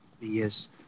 Yes